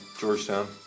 Georgetown